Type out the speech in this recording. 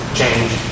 change